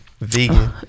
vegan